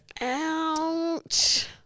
ouch